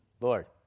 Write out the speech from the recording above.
Lord